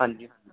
ਹਾਂਜੀ